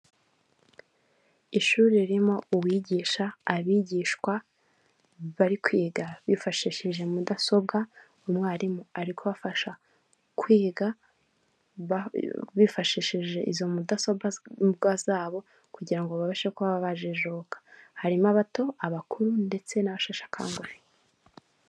Mu Giporoso ni ahagana i Remera mu mujyi wa Kigali haba urujya n'uruza rw'ibinyabiziga kandi uyu muhanda uba uhuze cyane urimo amamoto imodoka zitwara abantu n'izabantu ku giti cyabo .